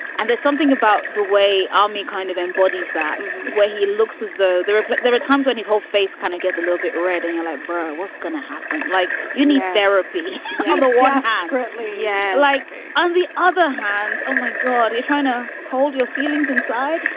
and there's something about the way all me kind of embodies. that's what he looks as though there are there are times when his whole face kind of gets a little bit red and you like brown, what's going to happen? like you need therapy and water apperently. yeah. like on the other hand. oh, my god, you're trying to hold your feelings inside.